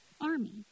army